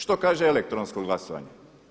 Što kaže elektronsko glasovanje?